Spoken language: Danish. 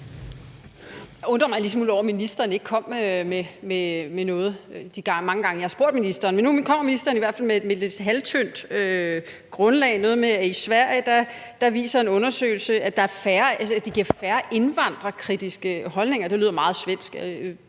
smule over, at ministeren ikke er kommet med noget de mange gange, jeg har spurgt ministeren. Men nu kommer ministeren i hvert fald med et lidt halvtyndt grundlag – noget med, at i Sverige viser en undersøgelse, at det giver færre indvandrerkritiske holdninger. Det lyder meget svensk;